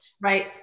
Right